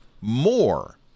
more